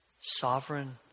sovereign